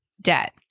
debt